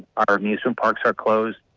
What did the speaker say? our news from parks are closed.